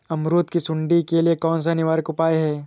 अमरूद की सुंडी के लिए कौन सा निवारक उपाय है?